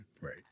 Right